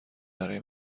برای